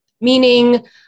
Meaning